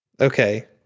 Okay